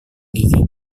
gigi